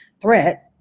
threat